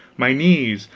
my knees,